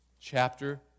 chapter